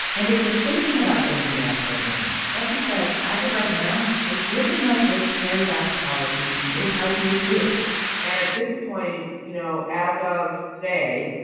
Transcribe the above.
and if you're thinking about getting into that program, betsy says, as of right now, it's looking like this cares act policy would apply to you, too and at this point, you know, as of today,